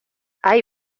hay